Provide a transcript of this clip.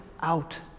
out